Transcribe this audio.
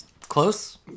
Close